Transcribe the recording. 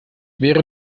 wäre